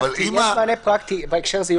יש מענה פרקטי בהקשר הזה,